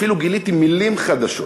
אפילו גיליתי מילים חדשות